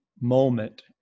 moment